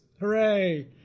hooray